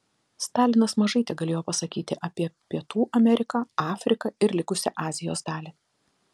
stalinas mažai tegalėjo pasakyti apie pietų ameriką afriką ir likusią azijos dalį